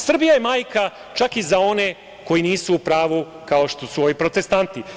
Srbija je majka čak i za one koji nisu u pravu kao što su ovi protestanti.